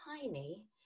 tiny